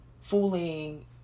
fooling